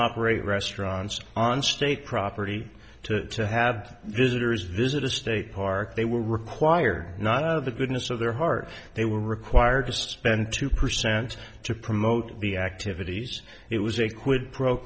operate restaurants on state property to have visitors visit a state park they were required not of the goodness of their heart they were required to spend two percent to promote the activities it was a quid pro